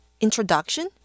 Introduction